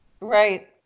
right